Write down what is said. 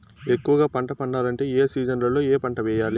ఎక్కువగా పంట పండాలంటే ఏ సీజన్లలో ఏ పంట వేయాలి